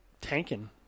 tanking